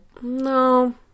No